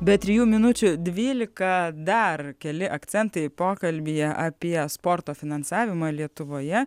be trijų minučių dvylika dar keli akcentai pokalbyje apie sporto finansavimą lietuvoje